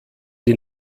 die